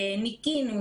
ניקינו,